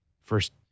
first